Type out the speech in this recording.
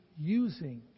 using